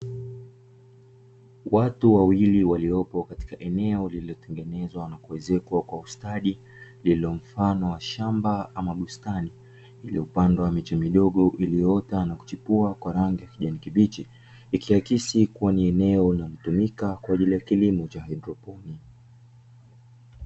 Watu wawili waliopo katika eneo lililotengenezwa na kuezekwa kwa ustadi lililo mfano wa shamba ama bustani. Iliyopandwa miche midogo ilioota na kuchipua kwa rangi ya kijani kibichi ikiakisi kua ni eneo linalotumika kwa ajili ya kilimo cha haidroponi.